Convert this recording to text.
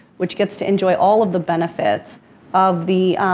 which gets to enjoy all of the benefits of the,